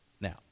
Now